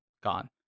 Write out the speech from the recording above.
Gone